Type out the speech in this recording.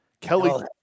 Kelly